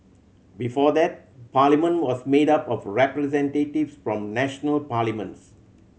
before that Parliament was made up of representatives from national parliaments